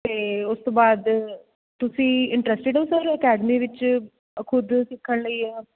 ਅਤੇ ਉਸ ਤੋਂ ਬਾਅਦ ਤੁਸੀਂ ਇੰਟਰਸਟਿਡ ਹੋ ਸਰ ਅਕੈਡਮੀ ਵਿੱਚ ਅ ਖੁਦ ਸਿੱਖਣ ਲਈ